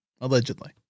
Allegedly